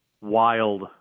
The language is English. wild